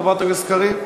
חברת הכנסת קריב?